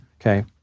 Okay